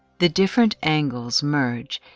the different angles merge,